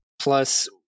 Plus